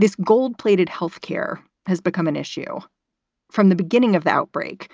this gold plated health care has become an issue from the beginning of the outbreak.